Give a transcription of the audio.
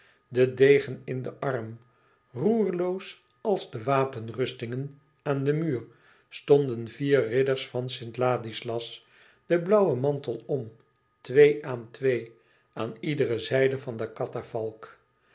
den degen in den arm roerloos als de wapenrustingen aan den muur stonden vier ridders van st ladislas den blauwen mantel om twee aan twee aan iedere zijde van de